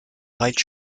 rail